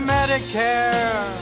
Medicare